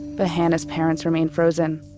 but hana's parents remain frozen.